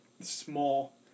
small